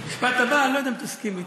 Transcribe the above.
במשפט הבא אני לא יודע אם תסכים אתי.